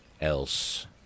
else